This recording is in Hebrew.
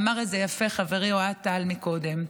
ואמר את זה יפה חברי אוהד טל קודם: